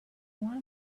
night